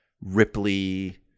Ripley